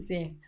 Sim